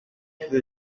through